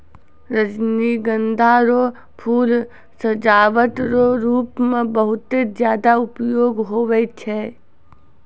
रजनीगंधा रो फूल सजावट रो रूप मे बहुते ज्यादा उपयोग हुवै छै